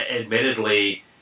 admittedly